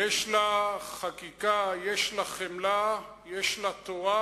יש לה חקיקה, יש לה חמלה, יש לה תורה,